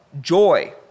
joy